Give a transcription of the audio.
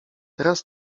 teraz